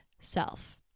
self